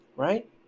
Right